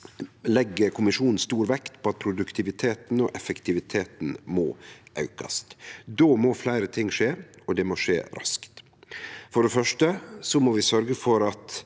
legg kommisjonen stor vekt på at produktiviteten og effektiviteten må aukast. Då må fleire ting skje, og det må skje raskt. For det første må vi sørgje for at